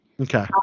Okay